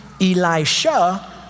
Elisha